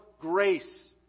grace